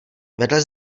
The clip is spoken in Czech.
vedle